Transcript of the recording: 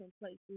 places